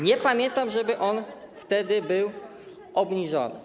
Nie pamiętam, żeby on wtedy był obniżony.